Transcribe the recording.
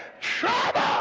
trouble